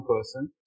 person